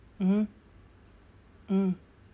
mmhmm mm